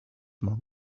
month